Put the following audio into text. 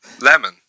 Lemon